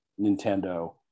Nintendo